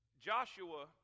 Joshua